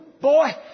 boy